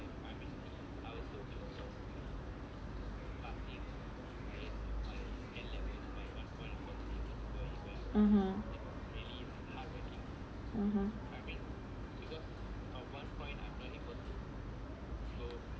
(uh huh)